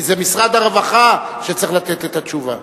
כי זה משרד הרווחה שצריך לתת את התשובה.